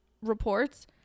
reports